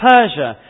Persia